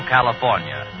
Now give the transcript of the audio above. California